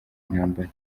intambara